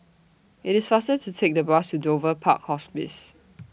IT IS faster to Take The Bus to Dover Park Hospice